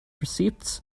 receipts